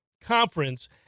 conference